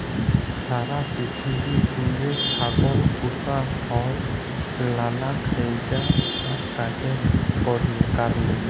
সারা পিথিবী জুইড়ে ছাগল পুসা হ্যয় লালা খাইদ্য আর কাজের কারলে